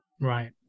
Right